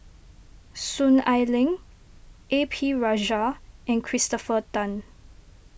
Soon Ai Ling A P Rajah and Christopher Tan